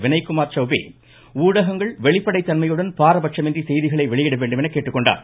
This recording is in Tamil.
வினய்குமார் சௌபே ஊடகங்கள் வெளிப்படைத் தன்மையுடன் பாரபட்சமின்றி செய்திகளை வெளியிட வேண்டும் என கேட்டுக்கொண்டார்